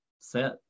set